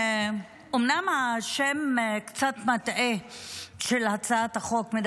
אומנם השם של הצעת החוק קצת מטעה,